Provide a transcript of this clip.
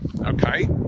okay